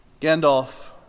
Gandalf